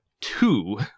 two